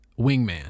wingman